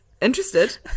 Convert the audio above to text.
interested